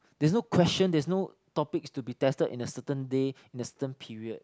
there is no question there is no topics to be tested in the certain day in the certain period